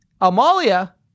Amalia